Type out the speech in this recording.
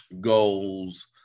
goals